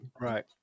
right